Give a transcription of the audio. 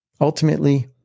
Ultimately